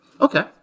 Okay